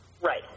Right